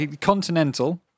continental